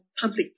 Public